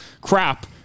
crap